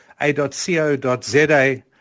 a.co.za